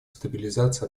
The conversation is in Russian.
стабилизации